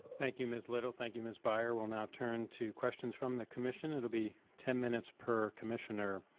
thank you, ms. little. thank you, ms. buyer. we'll now turn to questions from the commission. it'll be ten minutes per commissioner.